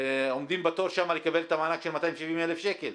עומדים בתור לקבל את המענק של 270,000 שקל.